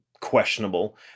questionable